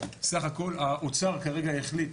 סך הכל האוצר כרגע החליט,